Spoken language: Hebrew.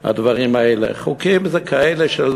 על הדברים האלה, חוקים כאלה של,